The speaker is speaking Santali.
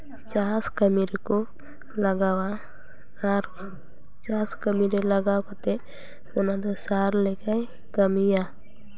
ᱪᱟᱥ ᱠᱟᱹᱢᱤ ᱨᱮᱠᱚ ᱞᱟᱜᱟᱣᱟ ᱟᱨ ᱪᱟᱥ ᱠᱟᱹᱢᱤᱨᱮ ᱞᱟᱜᱟᱣ ᱠᱟᱛᱮᱜ ᱚᱱᱟ ᱫᱚ ᱥᱟᱨ ᱞᱮᱠᱟᱭ ᱠᱟᱹᱢᱤᱭᱟ